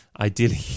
ideally